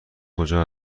کجا